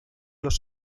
los